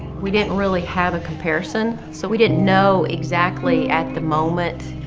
we didn't really have a comparison so we didn't know exactly at the moment,